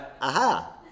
aha